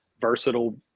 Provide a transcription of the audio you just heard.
versatile